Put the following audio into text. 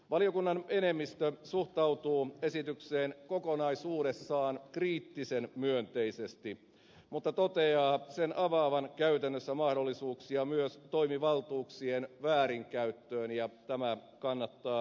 valiokunnan enemmistö suhtautuu esitykseen kokonaisuudessaan kriittisen myönteisesti mutta toteaa sen avaavan käytännössä mahdollisuuksia myös toimivaltuuksien väärinkäyttöön ja tämä kannattaa huomioida